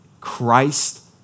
Christ